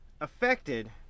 affected